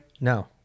No